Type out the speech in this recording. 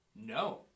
No